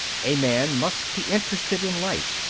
a man must be interested in life,